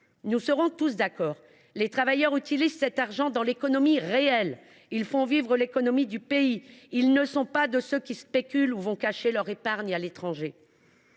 nous serons tous d’accord : les travailleurs utilisent cet argent dans l’économie réelle, ils font vivre l’économie du pays. Ils ne sont pas de ceux qui spéculent ou vont cacher leur épargne à l’étranger.